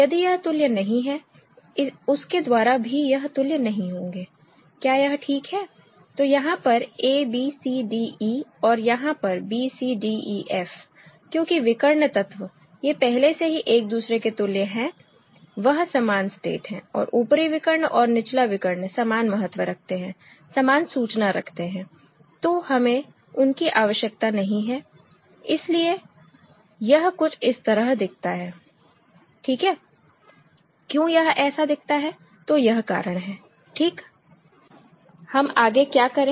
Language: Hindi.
यदि यह तुल्य नहीं है उसके द्वारा भी यह तुल्य नहीं होंगे क्या यह ठीक है तो यहां पर a b c d e और यहां पर b c d e f क्योंकि विकर्ण तत्व ये पहले से ही एक दूसरे के तुल्य हैं वह सामान स्टेट हैं और ऊपरी विकर्ण और निचला विकर्ण समान महत्व रखते हैं समान सूचना रखते हैं तो हमें उनकी आवश्यकता नहीं है इसीलिए यह कुछ इस तरह दिखता है ठीक है क्यों यह ऐसा दिखता है तो यह कारण है ठीक हम आगे क्या करें